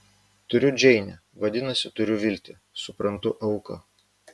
turiu džeinę vadinasi turiu viltį suprantu auką